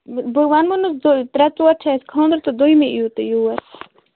بہٕ وَنمو نہٕ حظ ترٛےٚ ژور چھِ اَسہِ خانٛدر تہٕ دوٚیمہِ یِیِو تُہۍ یور